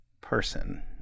person